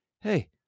Hey